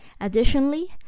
Additionally